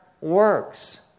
works